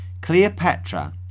Cleopatra